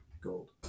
gold